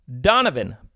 Donovan